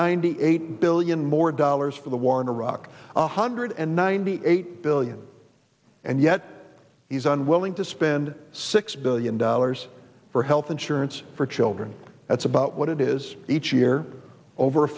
ninety eight billion more dollars for the war in iraq a hundred and ninety eight billion and yet he's unwilling to spend six billion dollars for health insurance for children that's about what it is each year over a